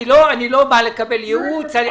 בא לקבל ייעוץ.